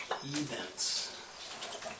Events